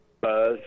Buzz